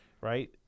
right